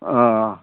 अ